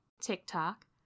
tiktok